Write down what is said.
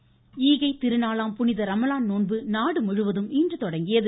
ரமலான் ஈகைத்திருநாளாம் புனித ரமலான் நோன்பு நாடுமுழுவதும் இன்று தொடங்கியது